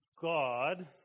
God